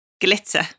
glitter